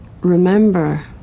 remember